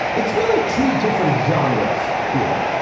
it's really two different genres here.